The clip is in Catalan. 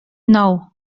nou